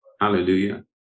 Hallelujah